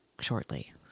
shortly